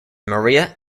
maria